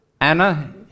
Anna